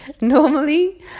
Normally